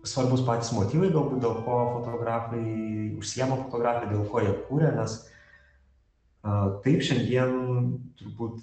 svarbūs patys motyvai galbūt dėl ko fotografai užsiema fotografija dėl ko jie kuria nes a taip šiandien turbūt